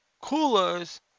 coolers